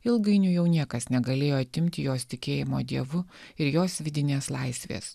ilgainiui jau niekas negalėjo atimti jos tikėjimo dievu ir jos vidinės laisvės